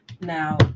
Now